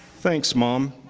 thanks, mom.